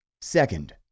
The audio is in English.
Second